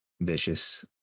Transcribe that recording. Vicious